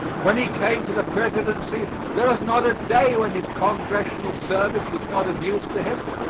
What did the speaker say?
when he came to the presidency, there was not a day when his congressional service was not of use to him.